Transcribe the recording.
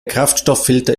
kraftstofffilter